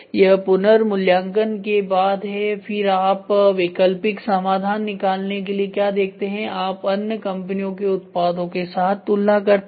यह पुनर्मूल्यांकन के बाद है फिर आप वैकल्पिक समाधान निकालने के लिए क्या देखते हैं आप अन्य कंपनियों के उत्पादों के साथ तुलना करते हैं